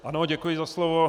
Ano, děkuji za slovo.